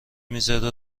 میذاره